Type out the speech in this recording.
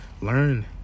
Learn